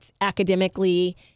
academically